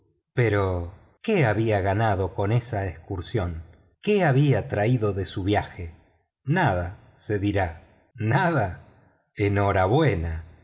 pero qué había ganado con esa excursión qué había traído de su viaje nada se dirá nada enhorabuena